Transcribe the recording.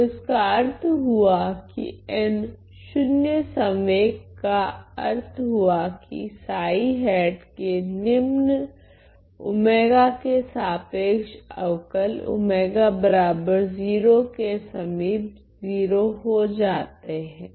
तो इसका अर्थ हुआ कि n शून्य संवेग का अर्थ हुआ कि के निम्न के सापेक्ष अवकल के समीप 0 हो जाता हैं